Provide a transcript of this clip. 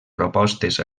propostes